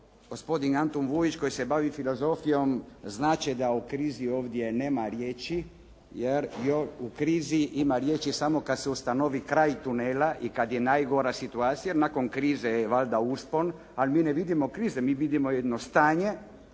gospodin Antun Vujić koji se bavi filozofijom znat će da o krizi ovdje nema riječi. Jer u krizi ima riječi samo kad se ustanovi kraj tunela i kad je najgora situacija. Jer nakon krize je valjda uspon. Ali mi ne vidimo krize, mi vidimo jedno stanje,